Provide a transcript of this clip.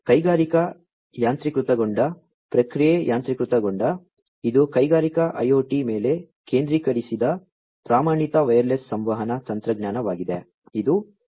ಕೈಗಾರಿಕಾ ಯಾಂತ್ರೀಕೃತಗೊಂಡ ಪ್ರಕ್ರಿಯೆ ಯಾಂತ್ರೀಕೃತಗೊಂಡ ಇದು ಕೈಗಾರಿಕಾ IoT ಮೇಲೆ ಕೇಂದ್ರೀಕರಿಸಿದ ಪ್ರಮಾಣಿತ ವೈರ್ಲೆಸ್ ಸಂವಹನ ತಂತ್ರಜ್ಞಾನವಾಗಿದೆ ಇದು 802